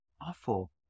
Awful